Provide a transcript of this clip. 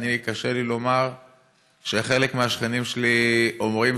וקשה לי לומר שחלק מהשכנים שלי אומרים